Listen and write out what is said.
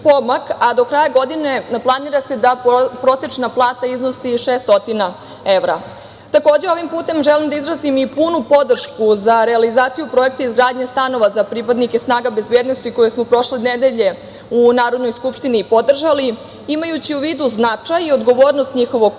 a do kraja godine planira se da prosečna plata iznosi 600 evra. Takođe, ovim putem želim da izrazim i punu podršku za realizaciju projekta izgradnje stanova za pripadnike snaga bezbednosti, koji smo prošle nedelje u Narodnoj skupštini podržali, imajući u vidu značaj i odgovornost njihovog posla